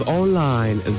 online